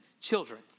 children